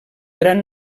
gran